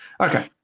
Okay